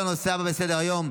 להלן תוצאות ההצבעה: